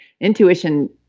Intuition